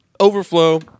Overflow